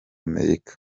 amerika